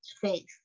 faith